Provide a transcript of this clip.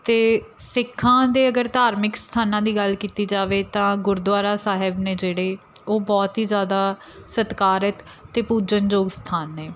ਅਤੇ ਸਿੱਖਾਂ ਦੇ ਅਗਰ ਧਾਰਮਿਕ ਸਥਾਨਾਂ ਦੀ ਗੱਲ ਕੀਤੀ ਜਾਵੇ ਤਾਂ ਗੁਰਦੁਆਰਾ ਸਾਹਿਬ ਨੇ ਜਿਹੜੇ ਉਹ ਬਹੁਤ ਹੀ ਜ਼ਿਆਦਾ ਸਤਿਕਾਰਤ ਅਤੇ ਪੂਜਣ ਯੋਗ ਸਥਾਨ ਨੇ